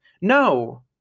no